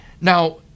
Now